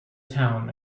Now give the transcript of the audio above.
town